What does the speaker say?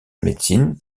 médecine